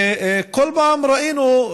וכל פעם ראינו,